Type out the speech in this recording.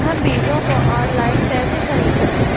हम बीजों को ऑनलाइन कैसे खरीद सकते हैं?